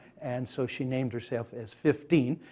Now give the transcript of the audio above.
and so she named herself as fifteen.